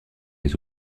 les